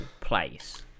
place